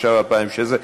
התשע"ו 2016,